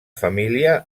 família